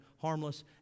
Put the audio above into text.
harmless